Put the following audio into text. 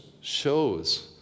shows